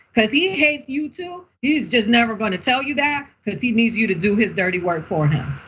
cause he hates you too. he's just never gonna tell you that, cause he needs you to do his dirty work for him.